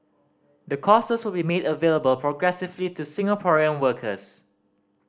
the courses will be made available progressively to Singaporean workers